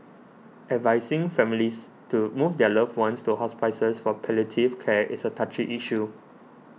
advising families to move their loved ones to hospices for palliative care is a touchy issue